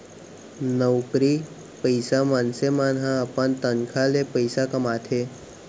नउकरी पइसा मनसे मन ह अपन तनखा ले पइसा कमाथे